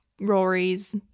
rory's